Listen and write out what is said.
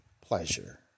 pleasure